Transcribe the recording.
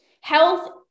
Health